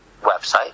website